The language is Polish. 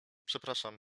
przepraszam